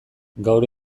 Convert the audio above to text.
gaur